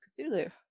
Cthulhu